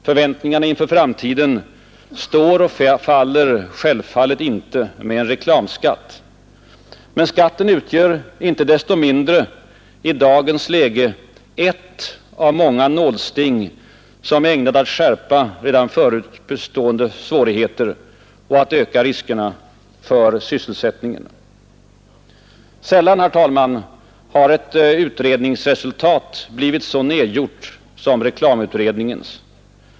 Förväntningarna inför framtiden står och faller självfallet inte med en reklamskatt. Men skatten utgör inte desto mindre i dagens läge ett av många nålsting som är ägnade att skärpa redan förut bestående svårigheter och att öka riskerna för sysselsättningen. Sällan, herr talman, har ett utredningsresultat blivit så nedgjort som reklamutredningens.